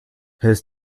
his